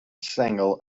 sengl